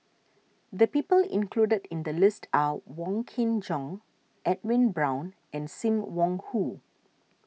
the people included in the list are Wong Kin Jong Edwin Brown and Sim Wong Hoo